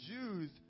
Jews